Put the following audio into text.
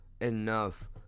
enough